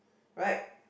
right